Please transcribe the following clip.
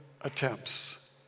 attempts